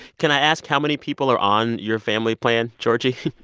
can i ask how many people are on your family plan, georgie?